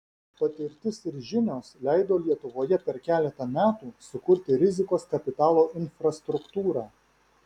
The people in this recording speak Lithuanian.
patirtis ir žinios leido lietuvoje per keletą metų sukurti rizikos kapitalo infrastruktūrą